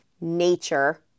nature